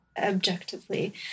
objectively